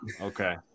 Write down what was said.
okay